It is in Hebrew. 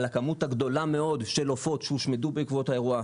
על הכמות הגדולה מאוד של עופות שהושמדו בעקבות האירוע,